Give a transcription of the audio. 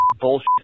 bullshit